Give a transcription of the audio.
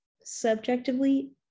Subjectively